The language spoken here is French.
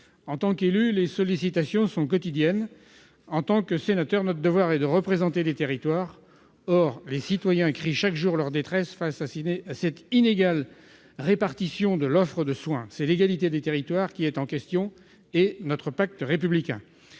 En tant qu'élu, les sollicitations sont quotidiennes ; en tant que sénateur, notre devoir est de représenter les territoires. Or les citoyens crient chaque jour leur détresse face à cette inégale répartition de l'offre de soins. C'est l'égalité des territoires qui est en jeu, ainsi que notre pacte républicain